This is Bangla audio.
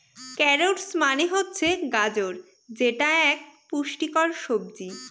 ক্যারোটস মানে হচ্ছে গাজর যেটা এক পুষ্টিকর সবজি